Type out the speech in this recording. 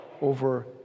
over